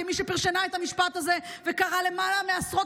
כמי שפרשנה את המשפט הזה וקראה למעלה מעשרות